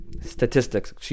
statistics